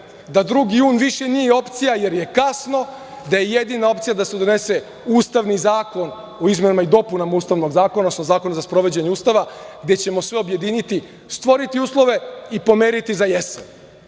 da 2. jun više nije opcija, jer je kasno, da je jedina opcija da se donese Ustavni zakon u izmenama i dopunama Ustavnog zakona, odnosno Zakona za sprovođenje Ustava, gde ćemo sve objediniti, stvoriti uslove i pomeriti za jesen.